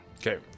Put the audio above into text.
okay